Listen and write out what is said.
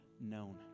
known